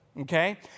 okay